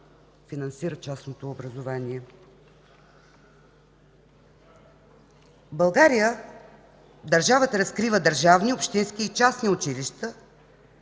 финансира частното образование. В България държавата разкрива държавни, общински и частни училища,